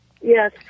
Yes